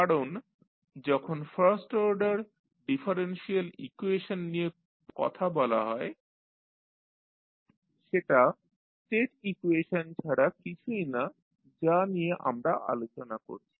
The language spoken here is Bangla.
কারণ যখন ফার্স্ট অর্ডার ডিফারেনশিয়াল ইকুয়েশন নিয়ে কথা বলা হয় সেটা স্টেট ইকুয়েশন ছাড়া কিছুই না যা নিয়ে আমরা আলোচনা করছি